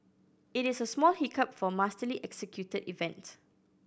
it is a small hiccup for a masterly executed event